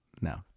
No